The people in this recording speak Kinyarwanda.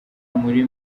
muri